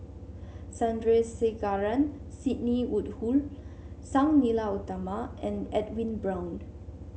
Sandrasegaran Sidney Woodhull Sang Nila Utama and Edwin Brown